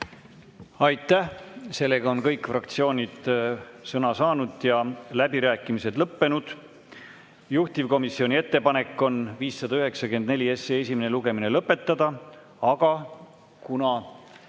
Aitäh! Kõik fraktsioonid on sõna saanud ja läbirääkimised on lõppenud. Juhtivkomisjoni ettepanek on 594 SE esimene lugemine lõpetada, aga kuna